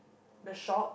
the shop